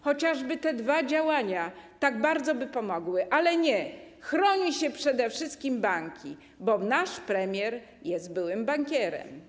Chociażby te dwa działania bardzo by pomogły, ale nie, chroni się przede wszystkim banki, bo nasz premier jest byłym bankierem.